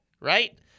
right